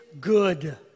good